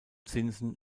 zinsen